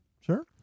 Sure